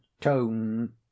tone